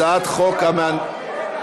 הצעת חוק, רגע.